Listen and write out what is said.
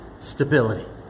stability